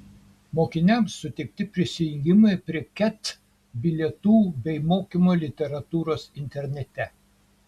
mokiniams suteikti prisijungimai prie ket bilietų bei mokymo literatūros internete